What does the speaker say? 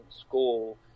school